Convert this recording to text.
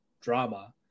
drama